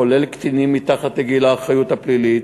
כולל קטינים מתחת לגיל האחריות הפלילית,